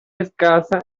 escasa